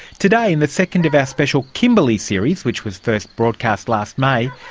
today in the second of our special kimberley series which was first broadcast last may,